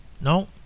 No